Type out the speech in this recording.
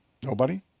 nobody?